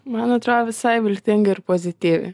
man atrodo visai viltinga ir pozityvi